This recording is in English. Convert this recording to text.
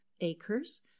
acres